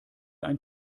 ein